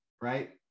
right